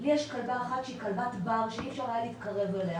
יש כלבה אחת שהיא כלבת בר שאי אפשר היה להתקרב אליה